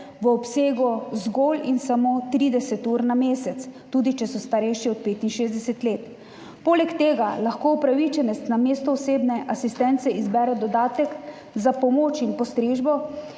v obsegu zgolj in samo 30 ur na mesec, tudi če so starejši od 65 let. Poleg tega lahko upravičenec namesto osebne asistence izbere dodatek za pomoč in postrežbo,